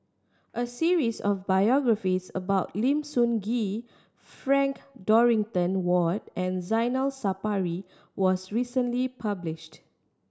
a series of biographies about Lim Sun Gee Frank Dorrington Ward and Zainal Sapari was recently published